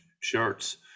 shirts